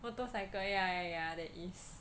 motorcycle ya ya there is